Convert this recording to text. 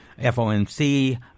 FOMC